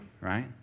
right